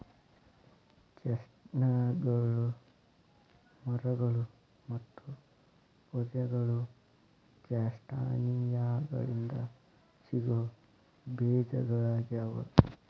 ಚೆಸ್ಟ್ನಟ್ಗಳು ಮರಗಳು ಮತ್ತು ಪೊದೆಗಳು ಕ್ಯಾಸ್ಟಾನಿಯಾಗಳಿಂದ ಸಿಗೋ ಬೇಜಗಳಗ್ಯಾವ